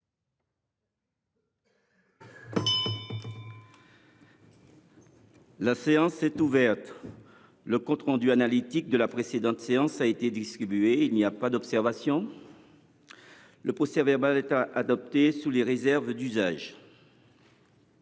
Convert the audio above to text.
La séance est ouverte. Le compte rendu analytique de la précédente séance a été distribué. Il n’y a pas d’observation ?… Le procès verbal est adopté sous les réserves d’usage.